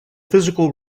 physical